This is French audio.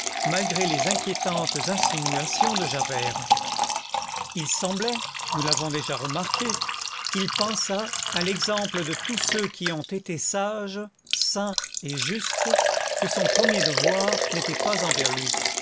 malgré les inquiétantes insinuations de javert il semblait nous l'avons déjà remarqué qu'il pensât à l'exemple de tous ceux qui ont été sages saints et justes que son premier devoir n'était pas envers lui